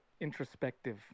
Introspective